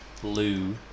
blue